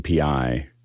API